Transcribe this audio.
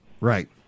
Right